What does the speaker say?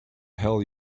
hell